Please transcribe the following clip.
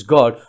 God